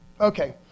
Okay